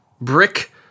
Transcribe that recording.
brick